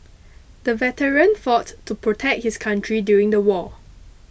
the veteran fought to protect his country during the war